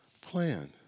plan